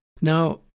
Now